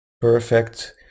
perfect